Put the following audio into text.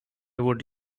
would